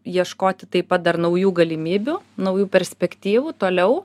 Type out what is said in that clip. ieškoti taip pat dar naujų galimybių naujų perspektyvų toliau